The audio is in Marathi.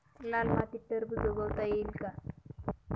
लाल मातीत टरबूज उगवता येईल का?